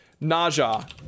naja